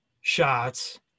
shots